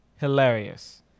hilarious